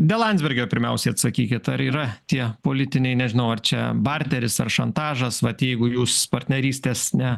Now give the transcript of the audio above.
dėl landsbergio pirmiausiai atsakykit ar yra tie politiniai nežinau ar čia barteris ar šantažas vat jeigu jūs partnerystės ne